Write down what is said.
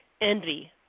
envy